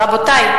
רבותי,